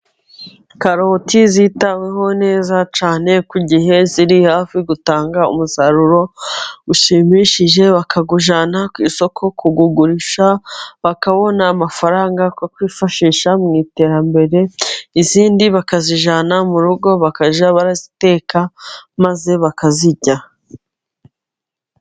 Karoti zitaweho neza cyane ku gihe， ziri hafi gutanga umusaruro ushimishije， bakazijyana ku isoko，kuzigurisha bakabona amafaranga， bakayifashisha mu iterambere，izindi bakazijyana mu rugo， bakajya baraziteka，maze bakazirya.